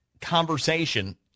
conversation